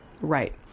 right